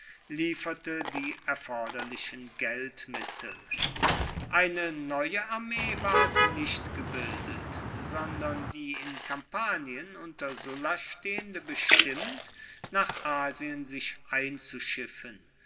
lieferte die erforderlichen geldmittel eine neue armee ward nicht gebildet sondern die in kampanien unter sulla stehende bestimmt nach asien sich einzuschiffen